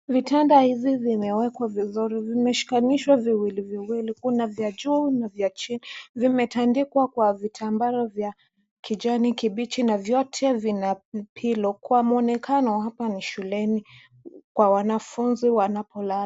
Vitanda hivi vimewekwa vizuri. Vimeshikanishwa viwili viwili. Kuna vya juu na vya chini. Vimetandikwa kwa vitambara vya kijni kibichi na vyote vina pillow . Kwa mwonekano hapa ni shuleni kwa wanafunzi wanapolala.